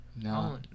No